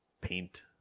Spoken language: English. Paint